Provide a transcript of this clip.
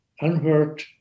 unheard